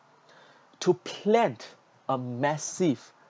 to plan a massive